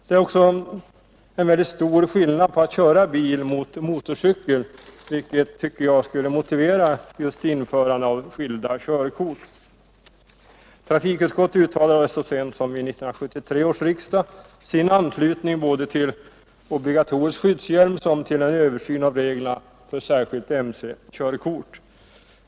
Det är också stor skillnad mellan att köra bil och att köra motorcykel, vilket jag tycker skulle motivera införande av skilda körkort. Trafikutskottet uttalade så sent som vid 1973 års riksdag sin anslutning både till obligatorisk skyddshjälm och till en översyn av reglerna för särskilt mce-körkort.